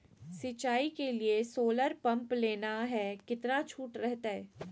सिंचाई के लिए सोलर पंप लेना है कितना छुट रहतैय?